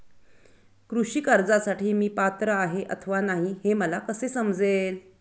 कृषी कर्जासाठी मी पात्र आहे अथवा नाही, हे मला कसे समजेल?